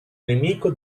nemico